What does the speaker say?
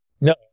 No